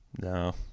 No